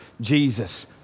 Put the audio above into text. Jesus